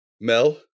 Mel